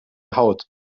haut